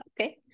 Okay